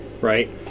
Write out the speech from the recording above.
right